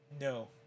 no